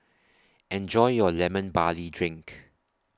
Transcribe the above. Enjoy your Lemon Barley Drink